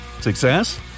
Success